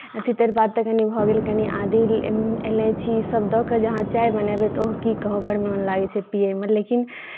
अथि तेरपात तऽ कनि भऽ गेल कनि आदी इलायची ईसभ दऽ कऽ जे अहाँ चाय बनेबै तऽ ओहो की कहू बड़ मोन लागै छै पियैमे लेकिन